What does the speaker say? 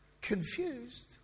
confused